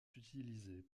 utilisés